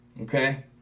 okay